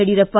Yediyurappa